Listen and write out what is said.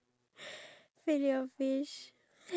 have you tried it before